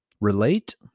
relate